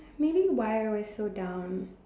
maybe why I'm so down